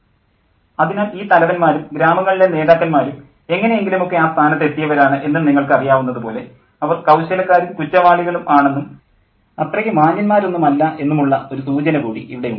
professor അതിനാൽ ഈ തലവൻമാരും ഗ്രാമങ്ങളിലെ നേതാക്കന്മാരും എങ്ങനെയെങ്കിലും ഒക്കെ ആ സ്ഥാനത്ത് എത്തിയവരാണ് എന്നും നിങ്ങൾക്ക് അറിയാവുന്നതു പോലെ അവർ കൌശലക്കാരും കുറ്റവാളികളും ആണെന്നും അത്രയ്ക്ക് മാന്യന്മാരൊന്നും അല്ല എന്നുമുള്ള ഒരു സൂചന കൂടി ഇവിടെ ഉണ്ട്